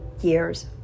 years